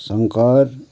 Shankar